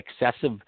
excessive